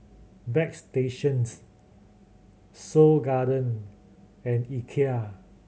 Bagstationz Seoul Garden and Ikea